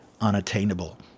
unattainable